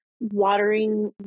watering